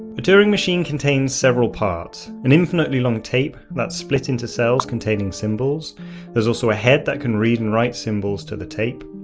a turing machine contains several parts an infinitely long tape that is split into cells containing symbols. there is also a head that can read and write symbols to the tape,